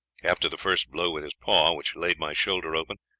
after the first blow with his paw which laid my shoulder open,